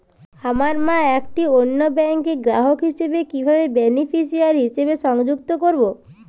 আমার মা একটি অন্য ব্যাংকের গ্রাহক হিসেবে কীভাবে বেনিফিসিয়ারি হিসেবে সংযুক্ত করব?